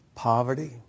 Poverty